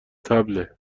طبله